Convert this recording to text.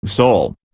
Seoul